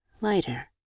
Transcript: lighter